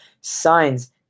signs